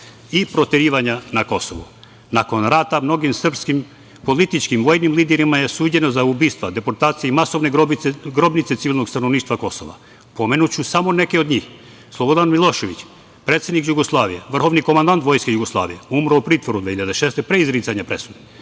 i proterivanja na Kosovu. Nakon rata mnogim srpskim političkim i vojnim liderima je suđeno za ubistva, deportacije i masovne grobnice civilnog stanovništva Kosova. Pomenuću samo neke od njih: Slobodan Milošević, predsednik Jugoslavije, vrhovni komandant Vojske Jugoslavije, umro u pritvoru 2006. godine pre izricanja presude;